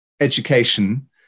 education